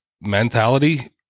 mentality